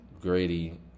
Grady